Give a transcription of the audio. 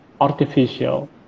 artificial